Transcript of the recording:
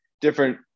different